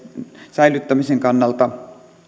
säilyttämisen kannalta